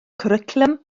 cwricwlwm